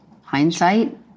Hindsight